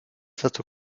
cette